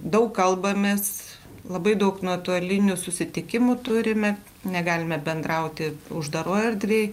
daug kalbamės labai daug nuotolinių susitikimų turime negalime bendrauti uždaroe erdvėj